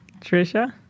Trisha